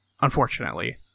unfortunately